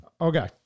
Okay